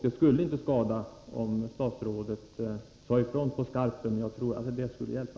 Det skulle inte skada om statsrådet sade ifrån på skarpen. Jag tror att det skulle hjälpa.